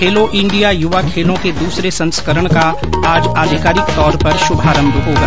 खेलो India युवा खेलो के दूसरे संस्करण का आज आधिकारिक तौर पर शुभारंभ होगा